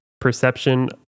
perception